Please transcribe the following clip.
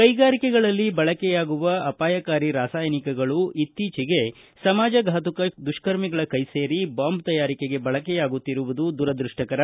ಕೈಗಾರಿಕೆಗಳಲ್ಲಿ ಬಳಕೆಯಾಗುವ ಅಪಾಯಕಾರಿ ರಾಸಾಯನಿಕಗಳು ಇತ್ತೀಚೆಗೆ ಸಮಾಜಘಾತಕ ದುಷ್ಕರ್ಮಿಗಳು ಕೈ ಸೇರಿ ಬಾಂಬ್ ತಯಾರಿಕೆಗೆ ಬಳಕೆಯಾಗುತ್ತಿರುವುದು ದುರದೃಷ್ಟಕರ